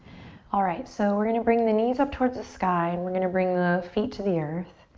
alright, so we're gonna bring the knees up towards the sky and we're gonna bring the feet to the earth.